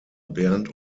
bernd